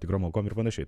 tikom aukom ir panašiai